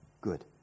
Good